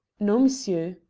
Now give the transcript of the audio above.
no, monsieur.